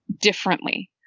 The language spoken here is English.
differently